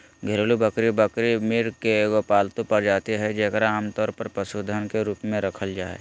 घरेलू बकरी बकरी, मृग के एगो पालतू प्रजाति हइ जेकरा आमतौर पर पशुधन के रूप में रखल जा हइ